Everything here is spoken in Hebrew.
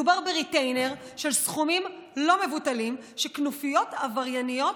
מדובר בריטיינר של סכומים לא מבוטלים שכנופיות עברייניות,